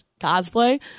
cosplay